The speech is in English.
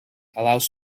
allows